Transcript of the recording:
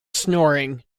snoring